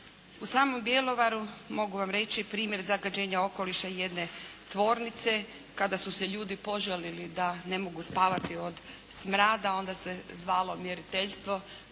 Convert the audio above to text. U samom Bjelovaru mogu vam reći primjer zagađenja okoliša jedne tvornice kada su se ljudi požalili da ne mogu spavati od smrada. Onda se zvalo mjeriteljstvo